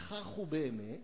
וכך הוא באמת,